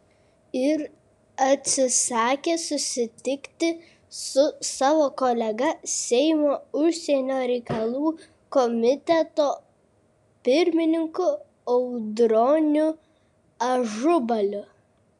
ir atsisakė susitikti su savo kolega seimo užsienio reikalų komiteto pirmininku audroniu ažubaliu